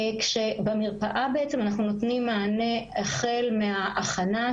במרפאה אנחנו בעצם נותנים מענה החל מההכנה,